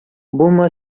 булма